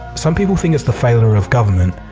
some people think it's the failure of government,